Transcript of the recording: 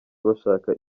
bashaka